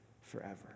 forever